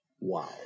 wow